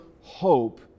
hope